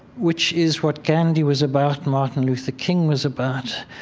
which is what gandhi was about, martin luther king was about.